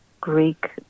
Greek